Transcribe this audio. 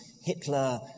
Hitler